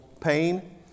pain